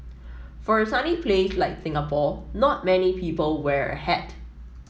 for a sunny place like Singapore not many people wear a hat